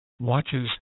watches